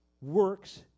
works